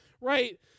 Right